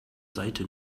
seite